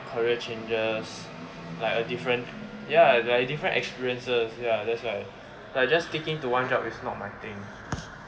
career changes like a different ya like a different experiences ya that's why like just sticking to one job is not